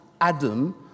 Adam